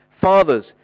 Fathers